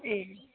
ए